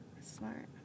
Smart